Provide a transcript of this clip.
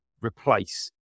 replace